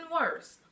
worse